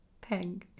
Peng